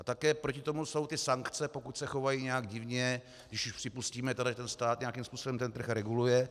A také proti tomu jsou ty sankce, pokud se chovají nějak divně, když už připustíme, že stát nějakým způsobem trh reguluje.